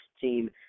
team